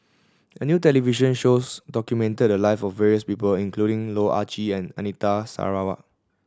a new television shows documented the live of various people including Loh Ah Chee and Anita Sarawak